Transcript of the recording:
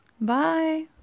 Bye